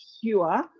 pure